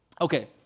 Okay